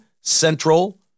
central